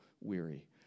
weary